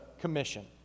commission